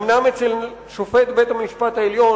אומנם אצל שופט בית-המשפט העליון,